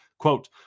Quote